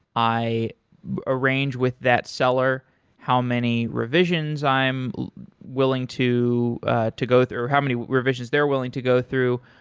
i arrange with that seller how many revisions i am willing to to go, or how many revisions they're willing to go through.